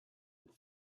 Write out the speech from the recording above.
and